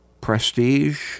prestige